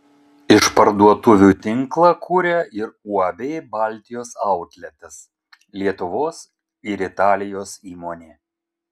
išparduotuvių tinklą kuria ir uab baltijos autletas lietuvos ir italijos įmonė